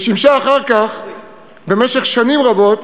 ששימשה אחר כך במשך שנים רבות